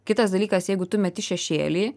kitas dalykas jeigu tu meti šešėlį